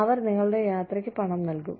അവർ നിങ്ങളുടെ യാത്രയ്ക്ക് പണം നൽകും